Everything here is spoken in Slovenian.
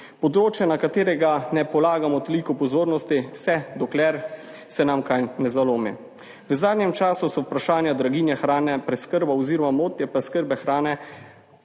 področje, na katerega ne polagamo toliko pozornosti, vse dokler se nam kaj ne zalomi. V zadnjem času so vprašanja draginje hrane, preskrba oziroma motnje preskrbe hrane